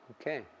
Okay